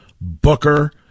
Booker